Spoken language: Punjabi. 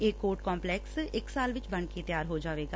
ਇਹ ਕੋਰਟ ਕੰਪਲੈਕਸ ਇਕ ਸਾਲ ਵਿਚ ਬਣ ਕੇ ਤਿਆਰ ਹੋ ਜਾਵੇਗਾ